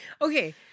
Okay